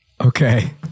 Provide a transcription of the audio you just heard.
Okay